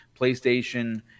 PlayStation